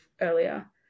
earlier